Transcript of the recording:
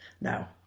Now